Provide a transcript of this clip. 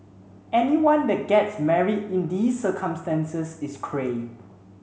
anyone that gets married in these circumstances is Cray